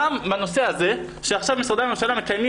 גם בנושא הזה שעכשיו משרדי הממשלה מקיימים